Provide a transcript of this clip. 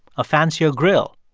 a fancier grill,